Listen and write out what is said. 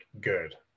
good